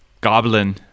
Goblin